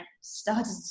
started